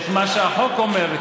על מה שהחוק אומר,